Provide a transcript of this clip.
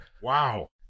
Wow